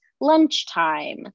lunchtime